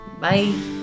Bye